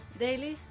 daily?